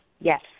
yes